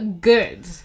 good